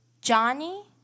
Johnny